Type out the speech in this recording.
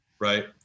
Right